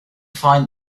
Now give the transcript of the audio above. find